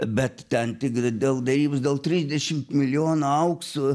bet ten tik dėl derybos dėl trisdešimt milijonų aukso